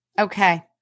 Okay